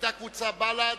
היתה קבוצת בל"ד.